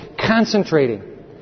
concentrating